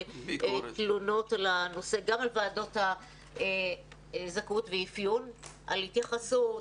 תלונות על הנושא גם על ועדות הזכאות והאפיון על התייחסות,